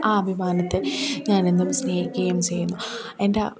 ആ അഭിമാനത്തെ ഞാനെന്നും സ്നേഹിക്കേം ചെയ്യുന്നു എൻറ്റാ